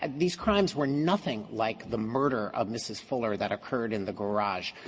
um these crimes were nothing like the murder of mrs. fuller that occurred in the garage.